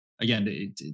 again